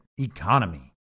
economy